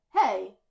Hey